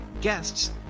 Guests